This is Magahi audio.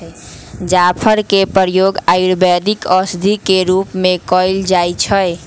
जाफर के प्रयोग आयुर्वेदिक औषधि के रूप में कएल जाइ छइ